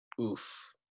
oof